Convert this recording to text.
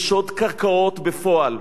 יש שוד קרקעות בפועל,